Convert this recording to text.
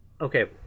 Okay